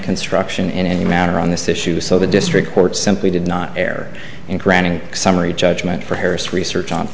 construction in any manner on this issue so the district court simply did not air in granting summary judgment for harris research on